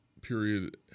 period